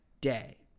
day